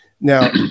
Now